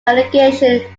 delegation